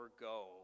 go